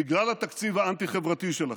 בגלל התקציב האנטי-חברתי שלכם,